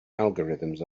algorithms